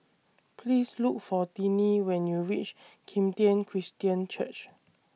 Please Look For Tiney when YOU REACH Kim Tian Christian Church